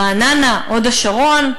רעננה, הוד-השרון.